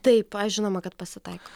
taip žinoma kad pasitaiko